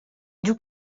giù